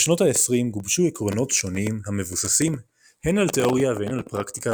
בשנות ה-20 גובשו עקרונות שונים המבוססים הן על תאוריה והן על פרקטיקה